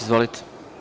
Izvolite.